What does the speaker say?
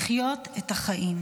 לחיות את החיים.